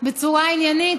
בצורה עניינית,